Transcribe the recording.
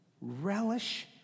relish